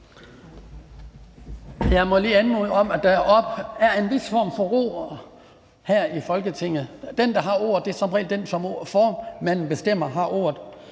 Jeg må lige anmode om, at der er en vis form for ro her i Folketinget. Den, der har ordet, er som regel den, som formanden bestemmer har ordet.